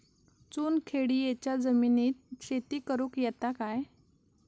चुनखडीयेच्या जमिनीत शेती करुक येता काय?